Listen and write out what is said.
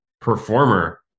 performer